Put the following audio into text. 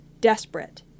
desperate